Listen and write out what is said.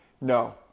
No